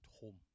home